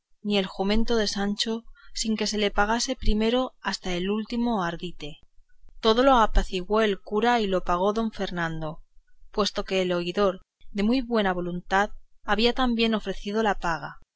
ni el jumento de sancho sin que se le pagase primero hasta el último ardite todo lo apaciguó el cura y lo pagó don fernando puesto que el oidor de muy buena voluntad había también ofrecido la paga